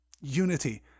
Unity